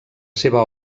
seva